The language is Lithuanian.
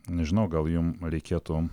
nežinau gal jum reikėtų